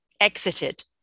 exited